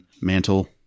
Mantle